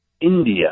india